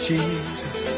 Jesus